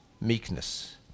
meekness